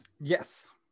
yes